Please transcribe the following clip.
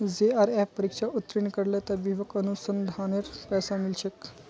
JRF परीक्षा उत्तीर्ण करले त विभाक अनुसंधानेर पैसा मिल छेक